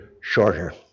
shorter